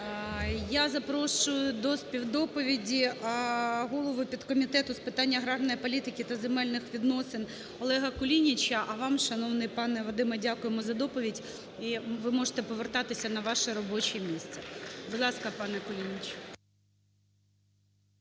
Я запрошую до співдоповіді голову підкомітету з питань аграрної політики та земельних відносин Олега Кулініча. А вам, шановний пане Вадиме, дякуємо за доповідь. І ви можете повертатися на ваше робоче місце. Будь ласка, пане Кулініч.